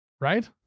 Right